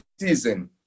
season